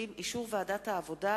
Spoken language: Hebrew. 20) (אישור ועדת העבודה,